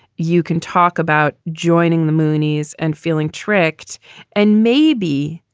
you can talk about joining the moonies and feeling tricked and maybe.